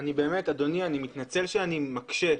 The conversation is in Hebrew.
אדוני, אני מתנצל שאני מקשה.